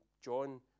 John